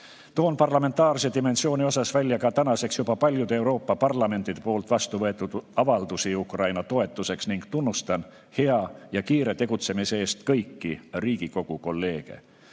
Toon parlamentaarse dimensiooni osas välja ka tänaseks juba paljude Euroopa parlamentide poolt vastu võetud avaldusi Ukraina toetuseks ning tunnustan hea ja kiire tegutsemise eest kõiki Riigikogu kolleege.